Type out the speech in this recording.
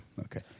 okay